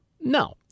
No